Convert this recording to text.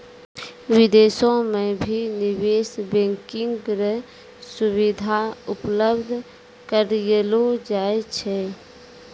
विदेशो म भी निवेश बैंकिंग र सुविधा उपलब्ध करयलो जाय छै